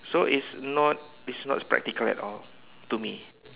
so it's not it's not practical at all to me